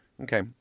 Okay